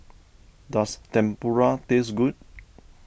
does Tempura taste good